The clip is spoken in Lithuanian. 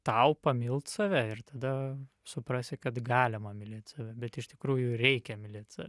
tau pamilt save ir tada suprasi kad galima mylėt save bet iš tikrųjų reikia mylėt save